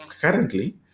currently